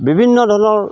বিভিন্ন ধৰণৰ